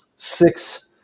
Six